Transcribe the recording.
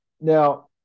now